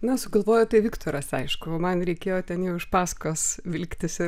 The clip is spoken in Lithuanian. na sugalvojo tai viktoras aišku o man reikėjo ten jau iš paskos vilktis ir